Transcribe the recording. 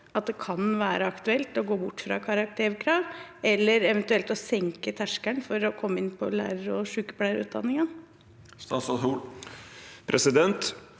at det kan være aktuelt å gå bort fra karakterkrav eller eventuelt senke terskelen for å komme inn på lærer- og sykepleierutdanningene? Statsråd